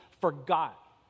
forgot